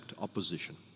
opposition